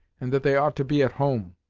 and that they ought to be at home.